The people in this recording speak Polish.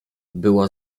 była